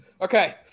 Okay